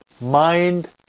mind